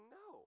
no